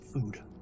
Food